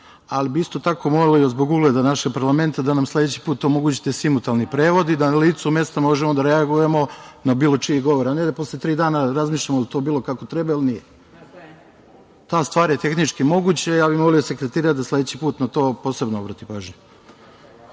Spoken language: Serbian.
ali bi isto tako molili, zbog ugleda našeg parlamenta, da nam sledeći put simultani prevod i da na licu mesta možemo da reagujemo na bilo čiji govor, a ne da posle tri dana razmišljamo jel to bilo kako treba ili nije. Ta stvar je tehnički moguća i ja bih molio sekretarijat da sledeći put na to posebno obrati pažnju.U